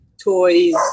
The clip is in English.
toys